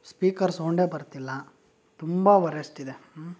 speaker ಸೌಂಡೇ ಬರ್ತಿಲ್ಲ ತುಂಬ ವರೆಸ್ಟಿದೆ